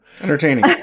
entertaining